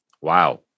Wow